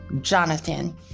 Jonathan